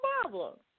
problem